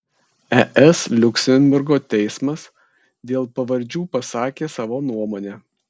es liuksemburgo teismas dėl pavardžių pasakė savo nuomonę